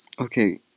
Okay